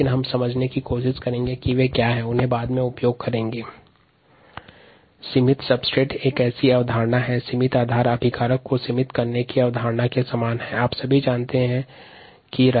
सिमित क्रियाधार क्रियाकारक को सीमित करने की अवधारणा पर आधारित है